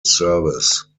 service